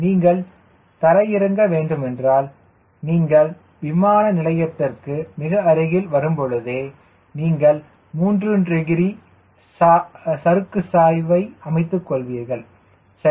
நீங்கள் தரையிறங்க வேண்டுமென்றால் நீங்கள் விமான நிலையத்திற்கு மிக அருகில் வரும்பொழுதே நீங்கள் 3 டிகிரி சறுக்கு சாய்வை அமைத்துக் கொள்வீர்கள் சரி